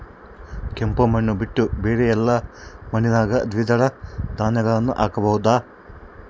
ಕೆಂಪು ಮಣ್ಣು ಬಿಟ್ಟು ಬೇರೆ ಎಲ್ಲಾ ಮಣ್ಣಿನಾಗ ದ್ವಿದಳ ಧಾನ್ಯಗಳನ್ನ ಹಾಕಬಹುದಾ?